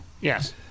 Yes